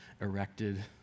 erected